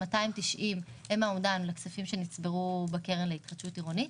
290 הם האומדן לכספים שנצברו בקרן להתחדשות עירונית.